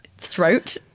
Throat